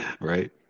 right